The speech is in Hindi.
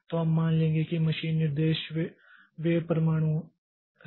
तो हम मान लेंगे कि मशीन निर्देश वे परमाणु हैं